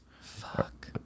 Fuck